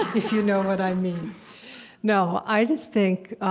if you know what i mean no, i just think,